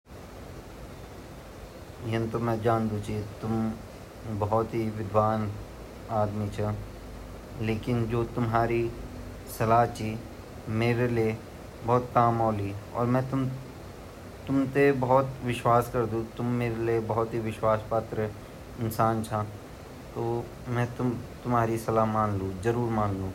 मि अपा गुरूजी मू गयु अर मिन अपा गुरुजी ते ब्वोली कि मेते आपे भोत बड़ी सल्हागि ज़रूरत ची क्युकी भई मेरु जो भविष्य ची घबरगरयो ना मी अगिन जे सकूं ना मि पीछिन जे सकूं पता नी क्या मेते होयो, ता गुरूजीन मेते ब्वोली की बीटा तू ये रास्ता अपनों की जेसे तू अगिन चालोल फिर मैन उंगी बात मानी और मिन अप्रु जीवन वखि बाटिन चेंज कोरी अर मि आज इति बड़ी पोस्ट पर बेठयऊ की मै आपते बाते नी सकूं की भगवानो काती बडू आशीर्वाद मेते पड़्यु ची।